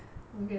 okay